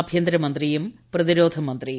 ആഭ്യന്തരമന്ത്രിയും പ്രതിര്യോധമന്ത്രിയും